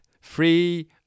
Free